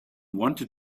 wanted